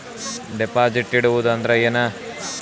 Deposit ಇಡುವುದು ಅಂದ್ರ ಏನ?